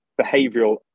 behavioral